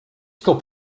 cup